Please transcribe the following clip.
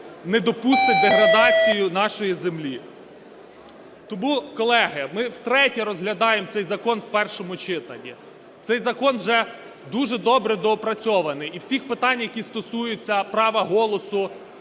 не допустить деградацію нашої землі. Тому, колеги, ми втретє розглядаємо цей закон в першому читанні. Цей закон вже дуже добре доопрацьований і всіх питань, які стосуються права голосу